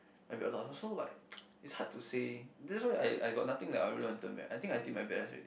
might be a lot so like it's hard to say that's why I I got nothing that I that I really want to I think I did my best already